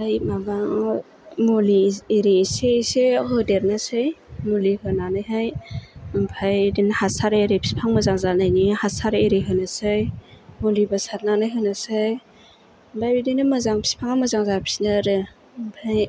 ओमफ्राय माबा मुलि एरि एसे एसे होदेरनोसै मुलि होनानैहाय ओमफ्राय बिदिनो हासार एरि बिफां मोजां जानायनि हासार एरि होनोसै मुलिबो सारनानै होनोसै ओमफ्राय बिदिनो मोजां बिफाङा मोजां जाफिनो आरो ओमफ्राय